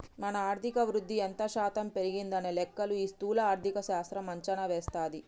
మన ఆర్థిక వృద్ధి ఎంత శాతం పెరిగిందనే లెక్కలు ఈ స్థూల ఆర్థిక శాస్త్రం అంచనా వేస్తది